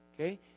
Okay